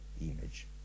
image